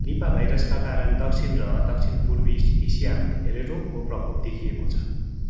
Nipah भाइरसका कारण दक्षिण र दक्षिणपूर्वी एसियामा धेरै रोगको प्रकोप देखिएको छ